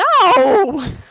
No